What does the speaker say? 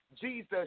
Jesus